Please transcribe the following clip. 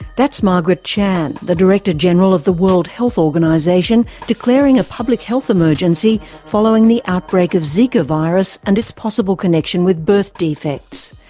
that's margaret chan, the director-general of the world health organisation declaring a public health emergency following the outbreak of zika virus and its possible connection with birth defects.